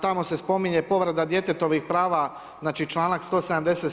Tamo se spominje, povreda djetetovih prava, znači čl. 177.